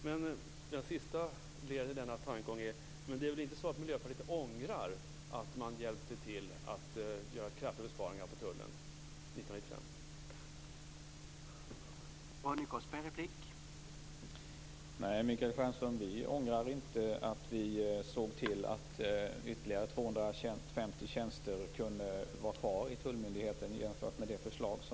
Men det sista ledet i denna tankegång är: Det är väl inte så att Miljöpartiet ångrar att man hjälpte till att göra kraftiga besparingar på Tullen 1995?